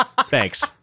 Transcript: Thanks